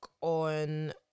on